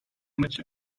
maçı